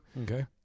okay